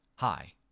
Hi